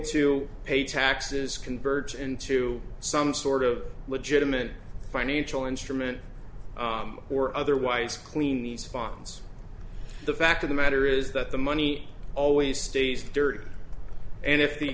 to pay taxes convert into some sort of legitimate financial instrument or otherwise clean these funds the fact of the matter is that the money always stays dirty and if the